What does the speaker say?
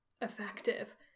effective